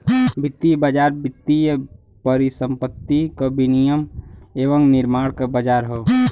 वित्तीय बाज़ार वित्तीय परिसंपत्ति क विनियम एवं निर्माण क बाज़ार हौ